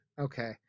okay